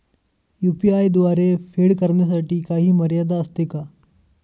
UPI द्वारे फेड करण्यासाठी काही मर्यादा असते का?